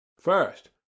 First